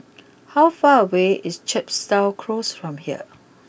how far away is Chepstow close from here